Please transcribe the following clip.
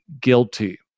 guilty